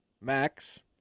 Max